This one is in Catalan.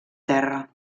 terra